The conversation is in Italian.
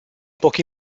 pochi